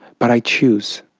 but i choose.